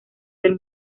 del